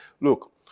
look